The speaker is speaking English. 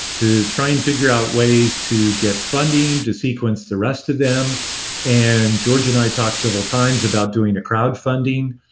to try and figure out ways to get funding to sequence the rest of them and george and i talked several times about doing a crowdfunding